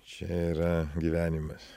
čia yra gyvenimas